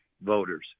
voters